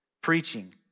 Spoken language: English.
preaching